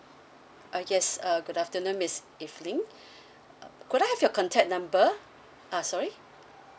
uh yes uh good afternoon miss evelyn uh could I have your contact number ah sorry